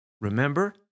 remember